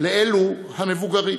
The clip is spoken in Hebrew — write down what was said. לאלו המבוגרים.